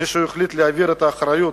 מישהו החליט להעביר את האחריות